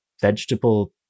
vegetable